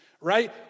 right